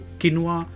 quinoa